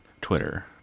Twitter